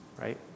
Right